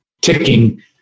ticking